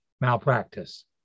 malpractice